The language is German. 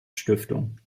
stiftung